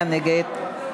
מי נגד?